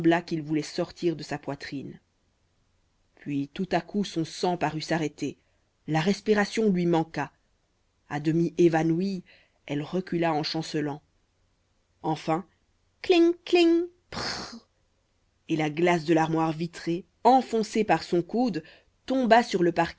qu'il voulait sortir de sa poitrine puis tout à coup son sang parut s'arrêter la respiration lui manqua à demi évanouie elle recula en chancelant enfin kling kling prrrr et la glace de l'armoire vitrée enfoncée par son coude tomba sur le